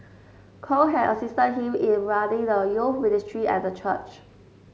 Kong had assisted him in running the you ministry at the church